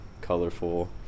colorful